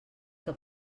que